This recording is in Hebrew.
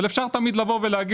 אפשר תמיד לבוא ולומר